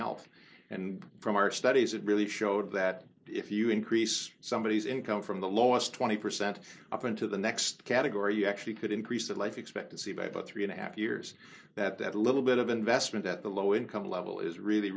health and from our studies it really showed that if you increase somebodies income from the lowest twenty percent up into the next category you actually could increase that life expectancy by about three and a half years that that little bit of investment at the low income level is really